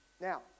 Now